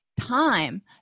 time